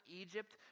Egypt